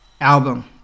album